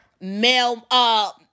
male